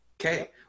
Okay